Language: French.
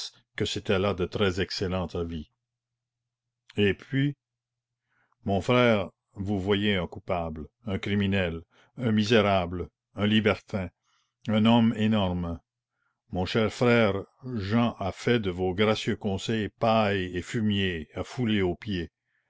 que c'étaient là de très excellents avis et puis mon frère vous voyez un coupable un criminel un misérable un libertin un homme énorme mon cher frère jehan a fait de vos gracieux conseils paille et fumier à fouler aux pieds